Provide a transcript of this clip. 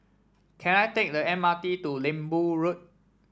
can I take the M R T to Lembu Road